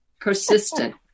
persistent